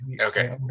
okay